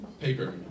paper